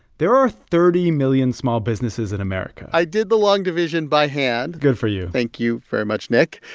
there are thirty million small businesses in america i did the long division by hand good for you thank you very much, nick.